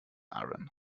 iron